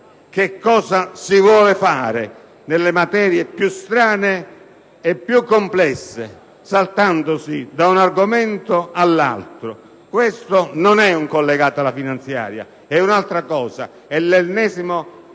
che cosa si vuole fare, nelle materie più strane e più complesse, saltandosi da un argomento all'altro. Questo non è un collegato alla finanziaria, è un'altra cosa: è l'ennesimo